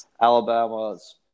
Alabama's